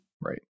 Right